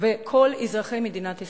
וכל אזרחי מדינת ישראל,